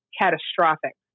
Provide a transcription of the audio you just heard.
catastrophic